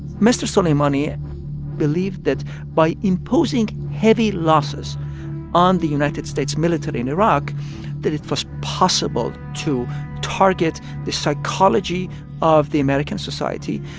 mr. soleimani believed that by imposing heavy losses on the united states military in iraq that it was possible to target the psychology of the american society.